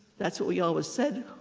that's what we always said.